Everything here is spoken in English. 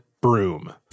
broom